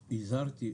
הזהרתי,